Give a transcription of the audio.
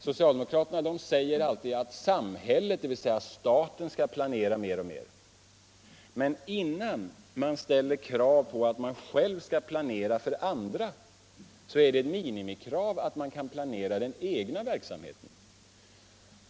Socialdemokraterna säger alltid att samhället, dvs. staten, skall planera mer och mer. Men innan man ställer krav på att man själv skall planera för andra är det ett minimikrav att man kan planera den egna verksamheten.